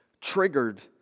triggered